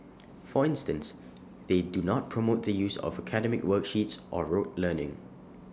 for instance they do not promote the use of academic worksheets or rote learning